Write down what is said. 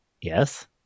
yes